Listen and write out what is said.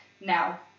Now